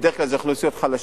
בדרך כלל זה אוכלוסיות חלשות,